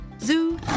Zoo